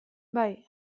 bai